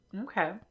Okay